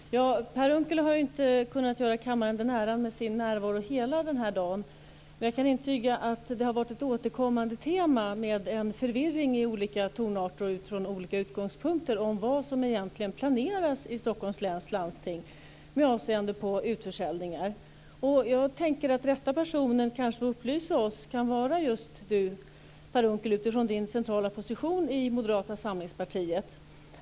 Fru talman! Per Unckel har inte kunnat göra kammaren den äran med sin närvaro hela denna dag, men jag kan intyga att ett återkommande tema, med en förvirring i olika tonarter och från olika utgångspunkter, har varit vad som egentligen planeras i Stockholms läns landsting med avseende på utförsäljningar. Jag tänker att rätta personen att upplysa oss kan vara just Per Unckel, utifrån hans centrala position i Moderata samlingspartiet.